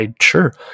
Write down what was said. sure